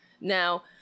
Now